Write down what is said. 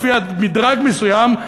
לפי מדרג מסוים,